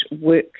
work